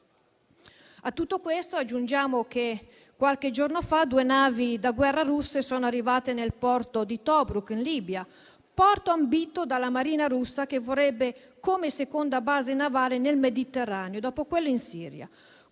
A tutto questo aggiungiamo che qualche giorno fa due navi da guerra russe sono arrivate nel porto di Tobruk, in Libia, ambito dalla Marina russa, che lo vorrebbe come seconda base navale nel Mediterraneo, dopo quello in Siria.